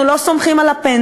אנחנו לא סומכים על הפנסיה,